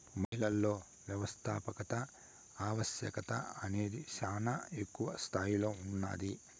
మహిళలలో వ్యవస్థాపకత ఆవశ్యకత అనేది శానా ఎక్కువ స్తాయిలో ఉన్నాది